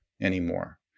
anymore